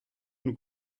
nous